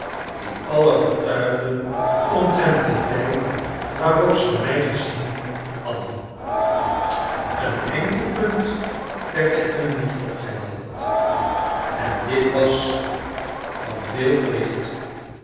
die allen getuigden omtrent den tijd waarop zij mij gezien hadden een enkel punt werd echter niet opgehelderd en dit was van veel gewicht